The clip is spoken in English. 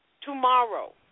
Tomorrow